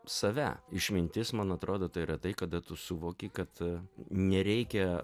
save išmintis man atrodo tai yra tai kada tu suvoki kad nereikia